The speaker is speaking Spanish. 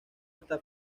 hasta